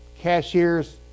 Cashier's